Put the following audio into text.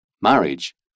marriage